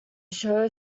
show